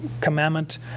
commandment